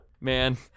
Man